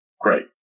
Great